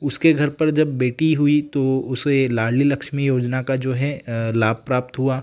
उसके घर पर जब बेटी हुई तो उसे लाड़ली लक्ष्मी योजना का जो है लाभ प्राप्त हुआ